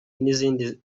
n’izindi